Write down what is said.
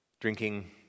drinking